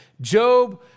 Job